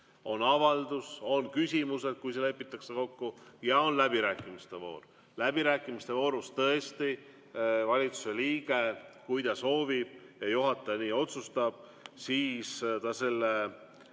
on avaldus, on küsimused, kui nii kokku lepitakse, ja on läbirääkimiste voor. Läbirääkimiste voorus tõesti valitsuse liige, kui ta soovib ja juhataja nii otsustab, selle